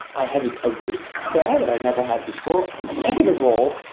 i had a wrist there that i never had before. and second of all,